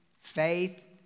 faith